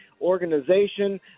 organization